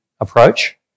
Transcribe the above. approach